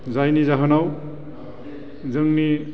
जायनि जाहोनाव जोंनि